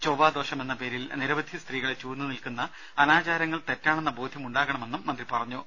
ചൊവ്വാദോഷമെന്ന പേരിൽ നിരവധി സ്ത്രീകളെ ചൂഴ്ന്നു നിൽക്കുന്ന അനാചാരങ്ങൾ തെറ്റാണെന്ന ബോധ്യമുണ്ടാകണമെന്നും മന്ത്രി പറഞ്ഞു